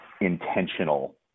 intentional